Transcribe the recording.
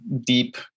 deep